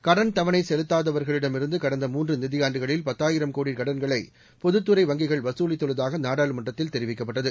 கடன்தவணைசெலுத்தாதவர்களிடம்இருந்துகடந்தமூன்றுநிதியாண்டுகளில் ஆயிரம்கோடிகடன்களைபொதுத்துறைவங்கிகள் வசூலித்துள்ளதாகநாடாளுமன்றத்தில்தெரிவிக்கப்பட்டது